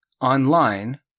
online